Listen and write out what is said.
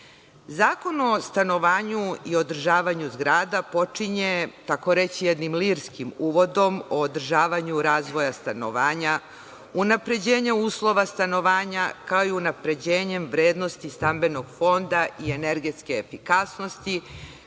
Zakon o stanovanju i održavanju zgrada počinje, tako reći, jednim lirskim uvodom o održavanju razvoja stanovanja, unapređenje uslova stanovanja, kao i unapređenje vrednosti stambenog fonda i energetske efikasnosti,